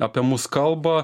apie mus kalba